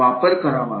वापर करावा